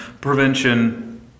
Prevention